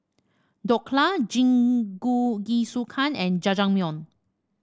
Dhokla Jingisukan and Jajangmyeon